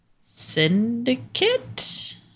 Syndicate